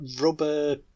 rubber